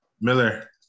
Miller